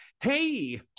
hey